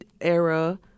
era